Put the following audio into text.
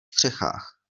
střechách